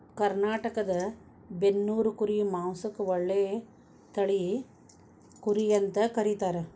ಕರ್ನಾಟಕದ ಬನ್ನೂರು ಕುರಿ ಮಾಂಸಕ್ಕ ಒಳ್ಳೆ ತಳಿ ಕುರಿ ಅಂತ ಕರೇತಾರ